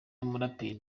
umuraperi